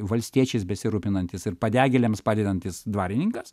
valstiečiais besirūpinantis ir padegėliams padedantis dvarininkas